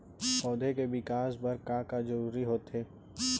पौधे के विकास बर का का जरूरी होथे?